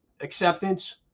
acceptance